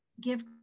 give